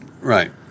Right